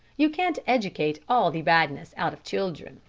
you can't educate all the badness out of children.